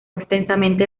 extensamente